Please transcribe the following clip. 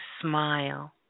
smile